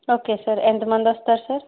okay sir ఎంత మంది వస్తారు సార్